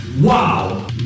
Wow